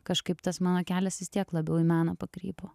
kažkaip tas mano kelias vis tiek labiau į meną pakrypo